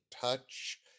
touch